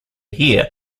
here